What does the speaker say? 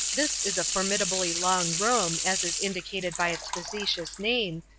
this is a formidably long room, as is indicated by its facetious name,